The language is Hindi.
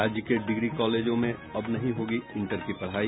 राज्य के डिग्री कॉलेजों में अब नहीं होगी इंटर की पढ़ाई